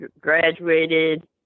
graduated